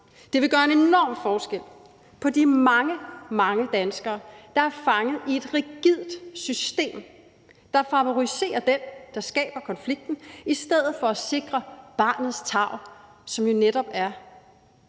Det vil gøre en enorm forskel for de mange, mange danskere, der er fanget i et rigidt system, der favoriserer den, der skaber konflikten, i stedet for at sikre barnets tarv, som jo netop er